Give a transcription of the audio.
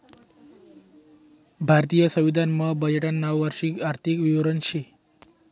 भारतीय संविधान मा बजेटनं नाव वार्षिक आर्थिक विवरण शे